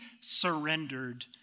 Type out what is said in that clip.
surrendered